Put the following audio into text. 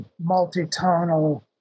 multi-tonal